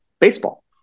baseball